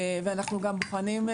אנחנו בוחנים,